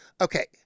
okay